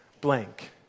blank